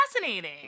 fascinating